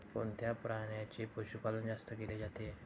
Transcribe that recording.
कोणत्या प्राण्याचे पशुपालन जास्त केले जाते?